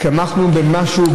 תמכנו במשהו,